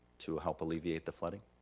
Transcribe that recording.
to help alleviate the flooding.